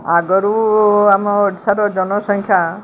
ଆଗରୁ ଆମ ଓଡ଼ିଶାର ଜନସଂଖ୍ୟା